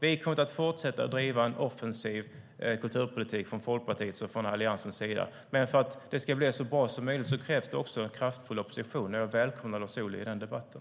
Vi kommer att fortsätta att driva en offensiv kulturpolitik från Folkpartiets och från Alliansens sida. Men för att det ska bli så bra som möjligt krävs det också en kraftfull opposition, och jag välkomnar Lars Ohly i debatten.